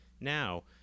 now